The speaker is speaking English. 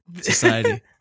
society